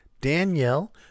Danielle